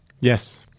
yes